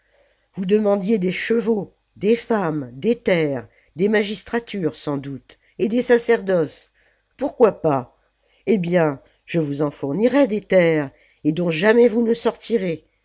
vous demandiez des chevaux des femmes des terres des magistratures sans doute et des sacerdoces pourquoi pas eh bien je vous en fournirai des terres et dont jamais vous ne sortirez